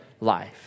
life